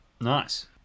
Nice